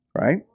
right